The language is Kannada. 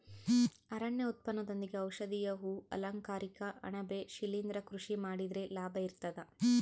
ಅರಣ್ಯ ಉತ್ಪನ್ನದೊಂದಿಗೆ ಔಷಧೀಯ ಹೂ ಅಲಂಕಾರಿಕ ಅಣಬೆ ಶಿಲಿಂದ್ರ ಕೃಷಿ ಮಾಡಿದ್ರೆ ಲಾಭ ಇರ್ತದ